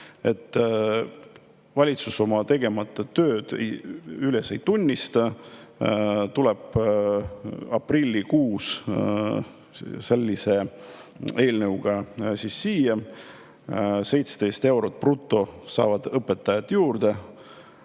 et valitsus oma tegemata tööd üles ei tunnista, tuleb aprillikuus sellise eelnõuga siia, 17 eurot brutos saavad õpetajad juurde,